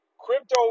Crypto